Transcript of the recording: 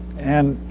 and